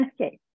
okay